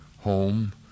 home